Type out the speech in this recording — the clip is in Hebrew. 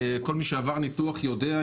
כל מי שעבר ניתוח יודע,